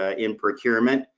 ah in procurement,